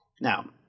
Now